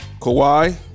Kawhi